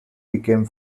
became